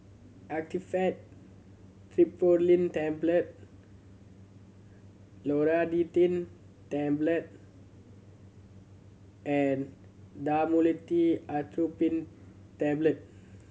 Actifed Triprolidine Tablet Loratadine Tablet and Dhamotil Atropine Tablet